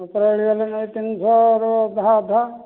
ଉପର ଓଳି କହିଲେ ତିନି ଶହ ର ଅଧା ଅଧା